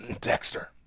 Dexter